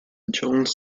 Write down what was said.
jones